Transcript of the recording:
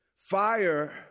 Fire